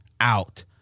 out